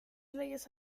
leyes